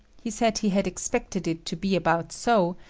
he said he had expected it to be about so,